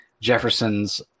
Jefferson's